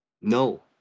no